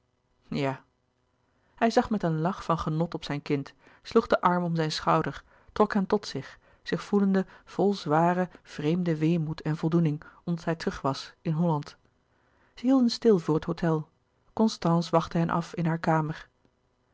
ja hij zag met een lach van genot op zijn kind sloeg den arm om zijn schouder trok hem louis couperus de boeken der kleine zielen tot zich zich voelende vol zwaren vreemden weemoed en voldoening omdat hij terug was in holland zij hielden stil voor het hôtel constance wachtte hen af in haar kamer